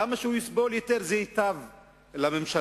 כמה שהוא יסבול יותר, ייטב לממשלה.